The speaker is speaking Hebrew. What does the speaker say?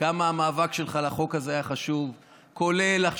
כמה המאבק שלך על החוק הזה היה חשוב,